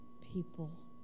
people